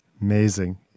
Amazing